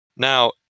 Now